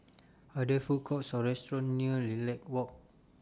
Are There Food Courts Or restaurants near Lilac Walk